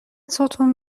ستون